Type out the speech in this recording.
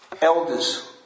Elders